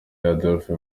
adolphe